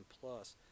plus